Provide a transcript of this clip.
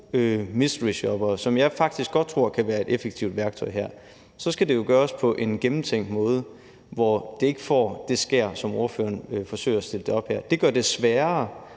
mysteryshoppere, som jeg faktisk godt tror kan være et effektivt værktøj her, skal det jo gøres på en gennemtænkt måde, hvor det ikke får det skær, som spørgeren forsøger at give det her. Det gør det sværere